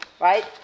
right